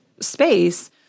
space